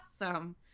awesome